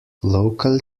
local